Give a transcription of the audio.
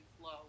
flow